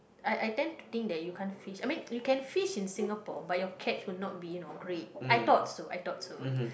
I I tend to think that you can't fish I mean you can fish in Singapore but your catch will not be you know great I thought so I thought so